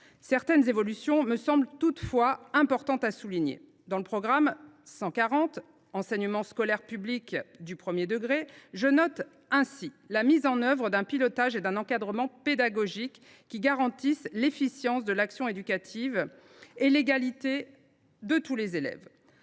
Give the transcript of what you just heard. Certaines évolutions me semblent toutefois importantes. Dans le programme 140 « Enseignement scolaire public du premier degré », je note ainsi la mise en œuvre d’un pilotage et d’un encadrement pédagogique qui garantissent l’efficience de l’action éducative et l’égalité de tous les élèves.